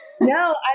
No